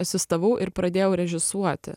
asistavau ir pradėjau režisuoti